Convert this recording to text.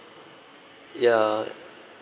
ya